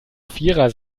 vierer